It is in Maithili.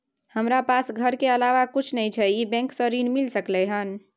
हमरा पास घर के अलावा कुछ नय छै ई बैंक स ऋण मिल सकलउ हैं?